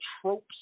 tropes